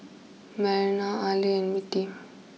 Melina Arly and Mittie